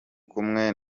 kumwe